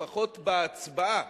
לפחות בהצבעה,